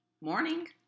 morning